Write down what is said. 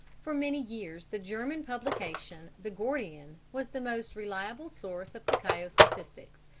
for many years the german publication, the gordian, was the most reliable source of cacao statistics,